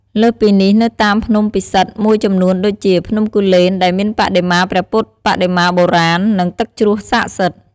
លើសពីនេះ នៅតាមភ្នំពិសិដ្ឋមួយចំនួនដូចជា ភ្នំគូលែន ដែលមានបដិមាព្រះពុទ្ធបដិមាបុរាណ និងទឹកជ្រោះស័ក្តិសិទ្ធិ។